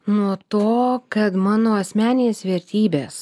nuo to kad mano asmeninės vertybės